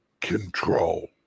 control